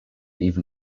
even